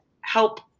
help